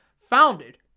founded